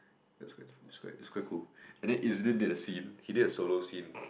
that's quite that's quite that's quite cool and then isn't they did a scene he did a solo scene